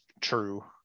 true